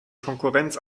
konkurrenz